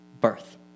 birth